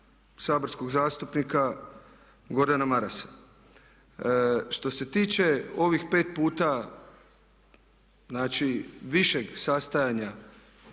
saborskog zastupnika Gordana Marasa. Što se tiče ovih 5 puta znači višeg sastajanja